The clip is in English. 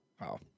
Wow